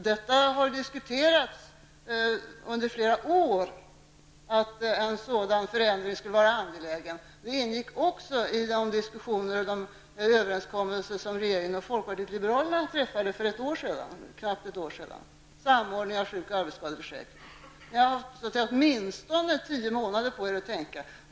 Denna fråga har diskuterats under flera år, och det har ansetts att en sådan förändring är angelägen. En samordning av sjuk och arbetsskadeförsäkringen ingick också i den överenskommelse som regeringen och folkpartiet liberalerna träffade för knappt ett år sedan. Ni har alltså haft åtminstone tio månader på er att tänka.